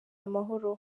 amahoro